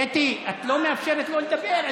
קטי, את לא מאפשרת לו לדבר.